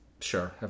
sure